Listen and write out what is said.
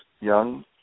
young